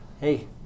Hey